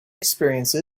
experience